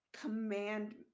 command